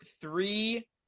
three